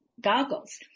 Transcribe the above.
goggles